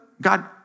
God